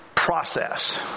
Process